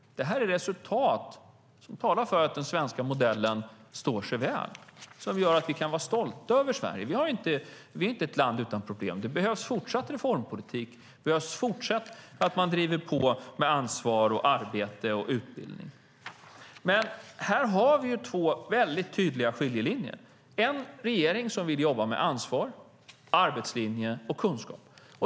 Det här är resultat som talar för att den svenska modellen står sig väl, som gör att vi kan vara stolta över Sverige. Vi är inte ett land utan problem. Det behövs fortsatt reformpolitik. Det behövs fortsatt att man driver på med ansvar, arbete och utbildning. Men här har vi två väldigt tydliga skiljelinjer, en regering som vill jobba med ansvar, arbetslinje och kunskap.